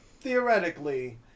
theoretically